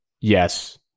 Yes